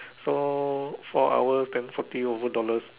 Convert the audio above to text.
so four hours then forty over dollars